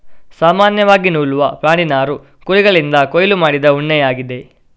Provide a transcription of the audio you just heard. ಸಾಮಾನ್ಯವಾಗಿ ನೂಲುವ ಪ್ರಾಣಿ ನಾರು ಕುರಿಗಳಿಂದ ಕೊಯ್ಲು ಮಾಡಿದ ಉಣ್ಣೆಯಾಗಿದೆ